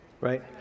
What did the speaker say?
Right